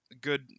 Good